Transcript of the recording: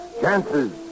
Chances